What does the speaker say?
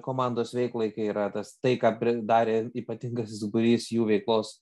komandos veiklai kai yra tas tai ką apri darė ypatingasis būrys jų veiklos